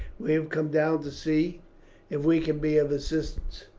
we have come down to see if we can be of assistance.